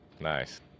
nice